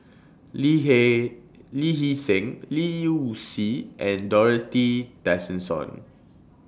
Lee He Lee Hee Seng Liu Si and Dorothy Tessensohn